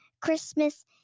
Christmas